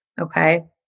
Okay